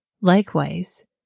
Likewise